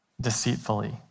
deceitfully